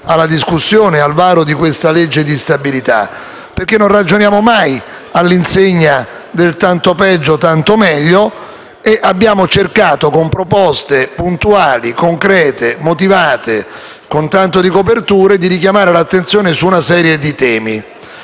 alla discussione e al varo della legge di stabilità oggi al nostro esame. Non ragionando mai infatti all'insegna del tanto peggio, tanto meglio, abbiamo cercato con proposte puntuali, concrete, motivate e con tanto di coperture, di richiamare l'attenzione su una serie di temi.